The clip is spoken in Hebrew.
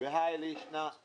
שהוא